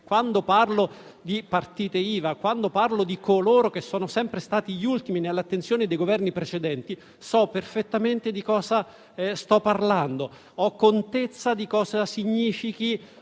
garantiti, di partite IVA e di coloro che sono sempre stati gli ultimi nell'attenzione dei Governi precedenti so perfettamente di cosa sto parlando. Ho contezza di cosa significhi